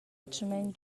atgnamein